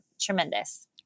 tremendous